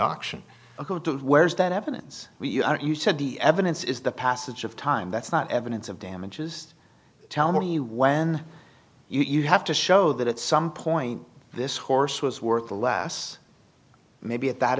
auction where's that evidence we are you said the evidence is the passage of time that's not evidence of damages tell me when you have to show that at some point this horse was worth a less maybe at that